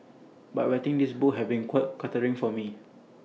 but writing this book has been quite cathartic for me